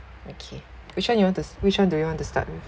okay which one you want to which one do you want to start with